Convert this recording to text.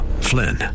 Flynn